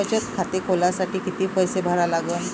बचत खाते खोलासाठी किती पैसे भरा लागन?